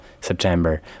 September